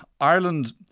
Ireland